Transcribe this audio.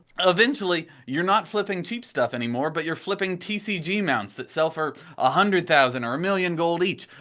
ah eventually you're not flipping cheap stuff anymore but you're flipping tcg mounts that sell for one ah hundred thousand or a million gold each.